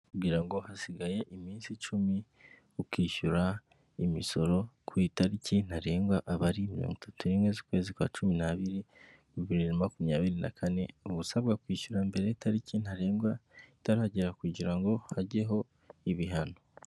Ngirango ngo hasigaye iminsi icumi ukishyura imisoro, ku itariki ntarengwa abari mirongo itatu n'imwe z'ukwezi kwa cumi n'abiri bibiri na makumyabiri na kane, usabwa kwishyura mbere y'itariki ntarengwa itaragera kugira ngo hajyeho ibihano.